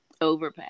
Overpack